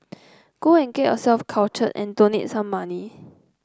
go and get yourself cultured and donate some money